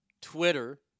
Twitter